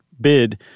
bid